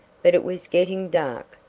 but it was getting dark.